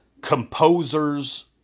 composers